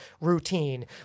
routine